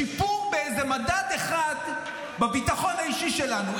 שיפור באיזה מדד אחד בביטחון האישי שלנו,